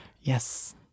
yes